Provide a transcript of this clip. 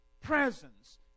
presence